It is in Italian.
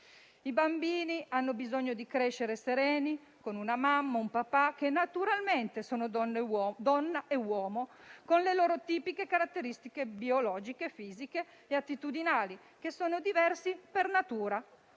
I bambini hanno bisogno di crescere sereni con una mamma e un papà, che naturalmente sono donna e uomo, con le loro tipiche caratteristiche biologiche, fisiche e attitudinali, che sono diverse per natura.